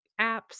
apps